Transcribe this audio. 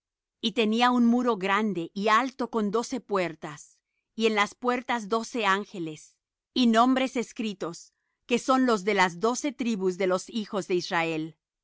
y tenía un muro grande y alto con doce puertas y en las puertas doce ángeles y nombres escritos que son los de las doce tribus de los hijos de israel